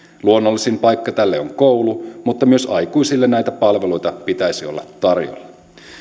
luonnollisin paikka tälle on koulu mutta myös aikuisille näitä palveluita pitäisi olla tarjolla